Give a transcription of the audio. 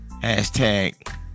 hashtag